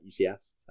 ECS